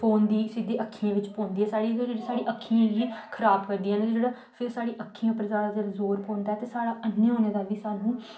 phone दी सिद्धी अक्खियें बिच पौंदी ऐ साढ़ी ते एह् खराब करदी ऐ साढ़ी अक्खियें गी फिर अक्खियें पर जोर पौंदा ते साढ़े अ 'न्ने होने दा बी स्हानू